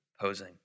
posing